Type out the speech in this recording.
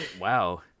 Wow